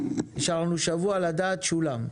נשאר לנו שבוע ששולם,